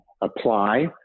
apply